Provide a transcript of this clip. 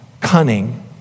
cunning